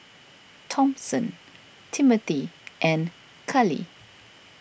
Thompson Timmothy and Kali